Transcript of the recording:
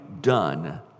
done